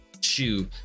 shoe